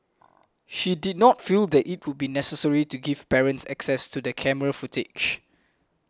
she did not feel that it would be necessary to give parents access to the camera footage